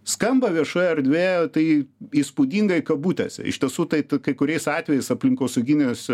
skamba viešoje erdvėje tai įspūdingai kabutėse iš tiesų tai t kai kuriais atvejais aplinkosauginius